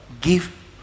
Give